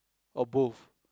or both